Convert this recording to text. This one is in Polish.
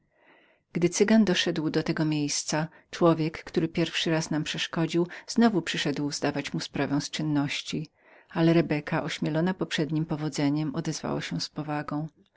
gdy cygan doszedł do tego miejsca człowiek który pierwszy raz nam przeszkodził znowu przyszedł zdawać mu sprawę z czynności ale rebeka ośmielona poprzedniem powodzeniem odezwała się z powagą